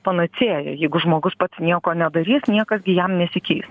panacėja jeigu žmogus pats nieko nedarys niekas gi jam nesikeis